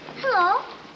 Hello